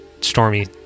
stormy